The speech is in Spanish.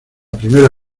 primera